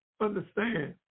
understand